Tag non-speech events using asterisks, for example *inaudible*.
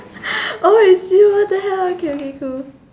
*laughs* oh it's you what the hell okay okay cool